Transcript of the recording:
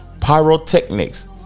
Pyrotechnics